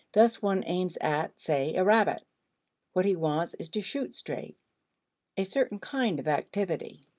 thus one aims at, say, a rabbit what he wants is to shoot straight a certain kind of activity.